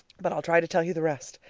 but i'll try to tell you the rest.